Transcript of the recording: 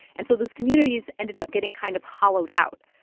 and so those communities ended up getting kind of hollowed out.